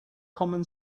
common